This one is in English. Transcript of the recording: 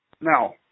Now